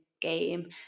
game